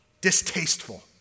distasteful